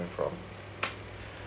from